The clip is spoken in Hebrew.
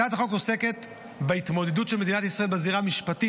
הצעת החוק עוסקת בהתמודדות של מדינת ישראל בזירה המשפטית